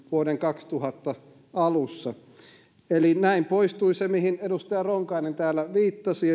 vuoden kaksituhatta alussa näin poistui se mihin edustaja ronkainen täällä viittasi